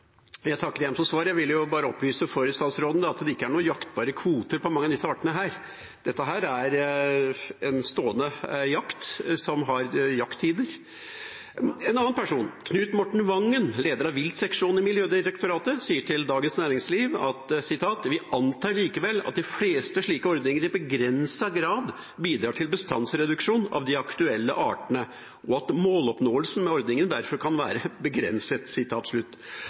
Jeg takker igjen for svaret. Jeg vil bare opplyse for statsråden at det ikke er noen jaktbare kvoter for mange av disse artene. Dette er en stående jakt som har jakttider. En annen person, Knut Morten Vangen, leder av viltseksjonen i Miljødirektoratet, sier til Dagens Næringsliv: «Vi antar likevel at de fleste slike ordninger i begrenset grad bidrar til bestandsreduksjon av de aktuelle artene, og at måloppnåelsen med ordningen derfor kan være begrenset.»